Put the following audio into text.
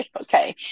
okay